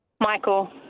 Michael